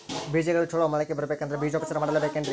ಬೇಜಗಳು ಚಲೋ ಮೊಳಕೆ ಬರಬೇಕಂದ್ರೆ ಬೇಜೋಪಚಾರ ಮಾಡಲೆಬೇಕೆನ್ರಿ?